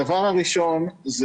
דבר ראשון,